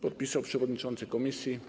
Podpisał przewodniczący komisji.